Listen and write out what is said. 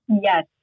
yes